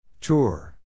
Tour